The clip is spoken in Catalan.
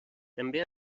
també